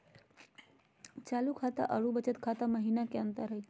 चालू खाता अरू बचत खाता महिना की अंतर हई?